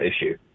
issue